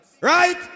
Right